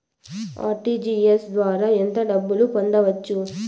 RTGS ద్వారా ఎంత డబ్బు పంపొచ్చు?